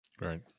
right